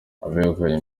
abegukanye